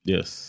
Yes